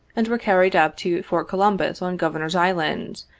and were carried up to fort columbus, on governor's island,